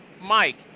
Mike